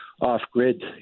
off-grid